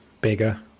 bigger